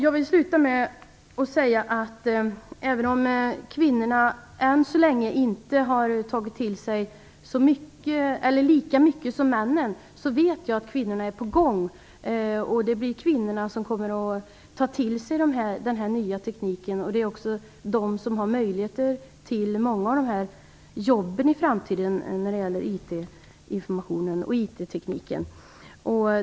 Jag vill sluta med att säga att även om kvinnorna än så länge inte har tagit till sig detta lika mycket som männen, så vet jag att kvinnorna är på gång. Och det är kvinnorna som kommer att ta till sig den nya tekniken. Det är också kvinnorna som har möjlighet att få många av de jobb som IT-tekniken kommer att skapa i framtiden.